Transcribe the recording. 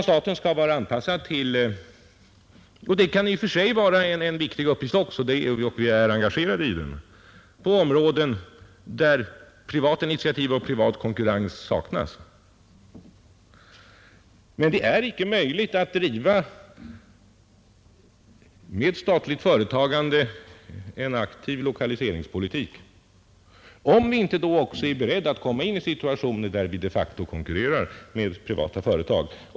Staten skall vara hänvisad till — och det är i och för sig en viktig uppgift som vi redan är engagerade i — områden där privata initiativ och privat konkurrens saknas. Men det är inte möjligt att med statligt företagande driva en aktiv lokaliseringspolitik, om vi inte då är beredda att råka in i situationer där vi de facto konkurrerar med privata företag.